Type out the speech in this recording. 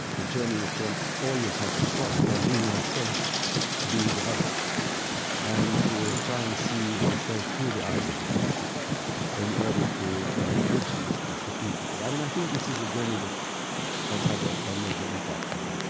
the journey that one always has to cross from being oneself to being the other and to try and see oneself through the eyes of the other in order to bridge the distance between people. i mean, i think this is a journey that has had a major impact on me